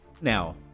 Now